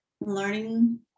learning